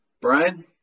Brian